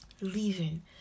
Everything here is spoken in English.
leaving